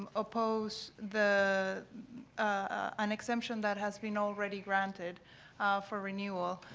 um oppose the an exemption that has been already granted for renewal.